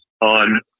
on